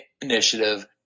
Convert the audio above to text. initiative